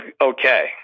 okay